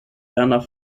werner